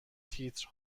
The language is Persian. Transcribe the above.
تیتر